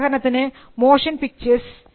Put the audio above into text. ഉദാഹരണത്തിന് motion pictures